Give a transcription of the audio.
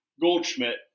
Goldschmidt